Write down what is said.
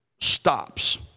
stops